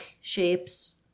shapes